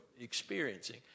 experiencing